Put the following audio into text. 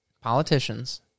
politicians